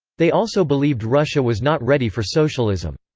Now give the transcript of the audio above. they also believed russia was not ready for socialism.